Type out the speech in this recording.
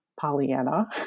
Pollyanna